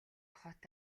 хот